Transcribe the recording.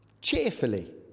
cheerfully